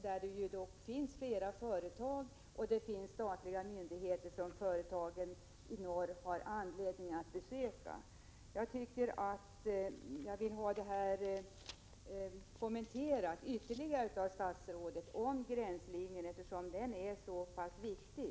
Där finns dock flera företag och statliga myndigheter som företagen i norr har anledning att besöka. Jag vill att statsrådet ytterligare kommenterar frågan om gränsdragningen, som är så viktig.